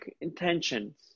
intentions